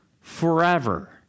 forever